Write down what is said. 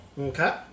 Okay